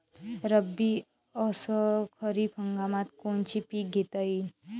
रब्बी अस खरीप हंगामात कोनचे पिकं घेता येईन?